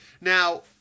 Now